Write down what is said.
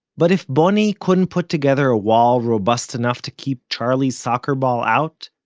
but if boni couldn't put together a wall robust enough to keep charlie's soccer ball out,